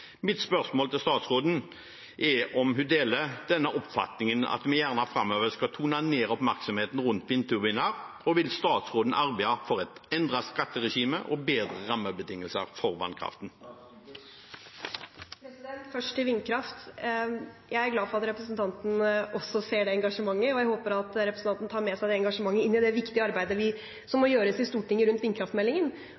Mitt spørsmål til statsråden er om hun deler denne oppfatningen, at vi framover gjerne kan tone ned oppmerksomheten rundt vindturbiner, og vil statsråden arbeide for et endret skatteregime og bedre rammebetingelser for vannkraften? Først til vindkraft: Jeg er glad for at representanten også ser det engasjementet, og jeg håper at representanten tar med seg det engasjementet inn i det viktige arbeidet som